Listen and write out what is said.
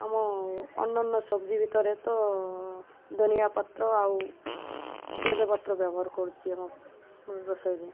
ଆମ ଅନ୍ୟାନ୍ୟ ସବ୍ଜି ଭିତରେ ତ ଧନିଆ ପତ୍ର ଆଉ ତେଜ ପତ୍ର ବ୍ୟବହାର କରୁଛି ଆମ ରୋଷେଇରେ